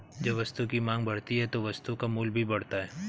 जब वस्तु की मांग बढ़ती है तो वस्तु का मूल्य भी बढ़ता है